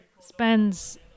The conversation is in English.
spends